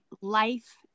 life